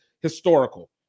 historical